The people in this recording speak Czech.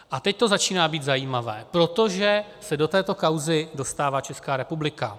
A teď to začíná být zajímavé, protože se do této kauzy dostává Česká republika.